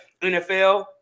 nfl